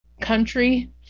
country